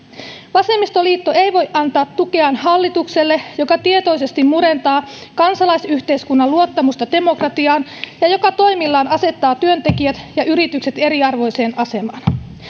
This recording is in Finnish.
vasemmistoliitto ei voi antaa tukeaan hallitukselle joka tietoisesti murentaa kansalaisyhteiskunnan luottamusta demokratiaan ja joka toimillaan asettaa työntekijät ja yritykset eriarvoiseen asemaan